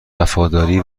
وفاداری